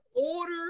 order